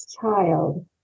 child